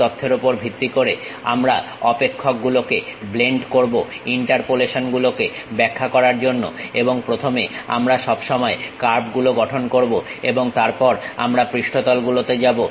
সেই তথ্যের ওপর ভিত্তি করে আমরা অপেক্ষক গুলোকে ব্লেন্ড করব ইন্টারপোলেশন গুলোকে ব্যাখ্যা করার জন্য এবং প্রথমে আমরা সব সময় কার্ভগুলো গঠন করবো এবং তারপর আমরা পৃষ্ঠতল গুলোতে যাবো